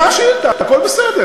ילמדו בחופש, בלעדיך, אז מצוין.